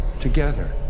together